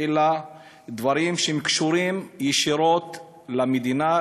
אלא דברים שהם קשורים ישירות למדינה,